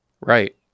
right